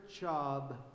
job